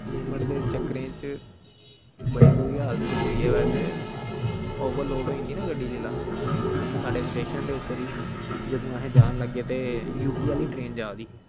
limit दे चक्करें च बडी बुरी हालत होंदी ऐ बैसे ओबर लोड होई जंदी ना गड्डी जिसले हून साढ़े स्टेशन उपर ही जंदू असें जान लगे ते यूपी आहली ट्रेन जारदी ही